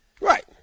Right